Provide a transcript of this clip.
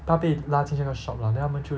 她被拉进去那个 shop lah then 他们就